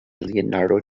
leonardo